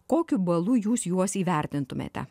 kokiu balu jūs juos įvertintumėte